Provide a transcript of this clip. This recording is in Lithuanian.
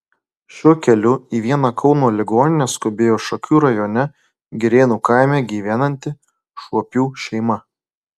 šiuo keliu į vieną kauno ligoninę skubėjo šakių rajone girėnų kaime gyvenanti šuopių šeima